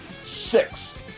six